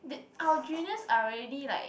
our juniors are already like